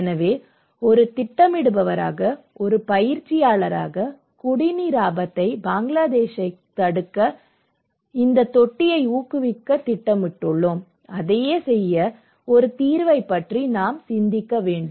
எனவே ஒரு திட்டமிடுபவராக ஒரு பயிற்சியாளராக குடிநீர் ஆபத்தை பங்களாதேஷைத் தடுக்க இந்த தொட்டியை ஊக்குவிக்க திட்டமிட்டுள்ளோம் அதையே செய்ய ஒரு தீர்வைப் பற்றி நாம் சிந்திக்க வேண்டும்